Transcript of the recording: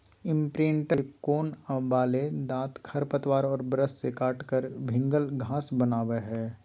imprinter के कोण वाले दांत खरपतवार और ब्रश से काटकर भिन्गल घास बनावैय हइ